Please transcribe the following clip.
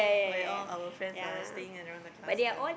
where all our friends are staying around the cluster